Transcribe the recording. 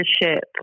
leadership